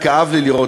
כאב לי לראות,